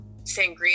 Sangria